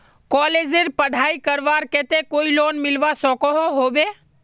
कॉलेजेर पढ़ाई करवार केते कोई लोन मिलवा सकोहो होबे?